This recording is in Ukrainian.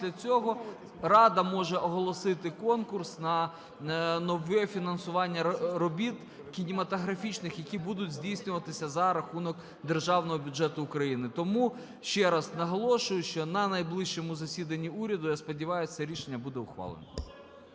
після цього рада може оголосити конкурс на нове фінансування робіт кінематографічних, які будуть здійснюватися за рахунок державного бюджету України. Тому ще раз наголошую, що на найближчому засіданні уряду, я сподіваюсь, це рішення буде ухвалене.